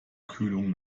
kühlung